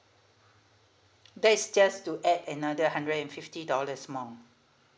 that is just to add another hundred and fifty dollars more